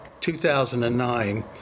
2009